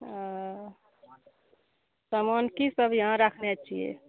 ओ सामान कि सब यहाँ रखने छियै